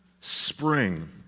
spring